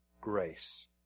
grace